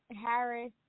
Harris